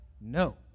No